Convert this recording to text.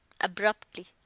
abruptly